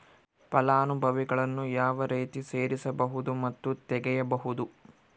ಫಲಾನುಭವಿಗಳನ್ನು ಯಾವ ರೇತಿ ಸೇರಿಸಬಹುದು ಮತ್ತು ತೆಗೆಯಬಹುದು?